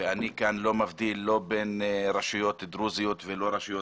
אני לא מבדיל כאן בין רשויות דרוזיות ולא רשויות